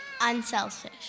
Unselfish